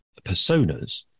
personas